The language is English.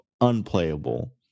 unplayable